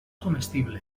comestible